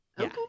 okay